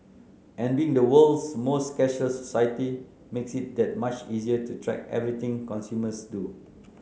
and being the world's most cashless society makes it that much easier to track everything consumers do